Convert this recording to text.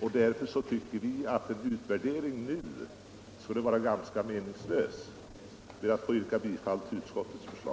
och därför tycker vi att en utvärdering nu skulle vara meningslös. Jag ber att få yrka bifall till utskottets förslag.